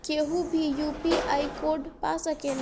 केहू भी UPI code पा सकेला?